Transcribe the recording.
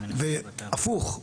והפוך,